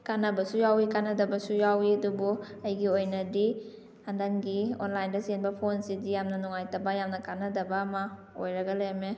ꯀꯥꯟꯅꯕꯁꯨ ꯌꯥꯎꯏ ꯀꯥꯟꯅꯗꯕꯁꯨ ꯌꯥꯎꯏ ꯑꯗꯨꯕꯨ ꯑꯩꯒꯤ ꯑꯣꯏꯅꯗꯤ ꯍꯟꯗꯛꯀꯤ ꯑꯣꯟꯂꯥꯏꯟꯗ ꯆꯦꯟꯕ ꯐꯣꯟꯁꯤꯗꯤ ꯌꯥꯝꯅ ꯅꯨꯉꯥꯏꯇꯕ ꯌꯥꯝꯅ ꯀꯥꯅꯗꯕ ꯑꯃ ꯑꯣꯏꯔꯒ ꯂꯩꯔꯝꯃꯦ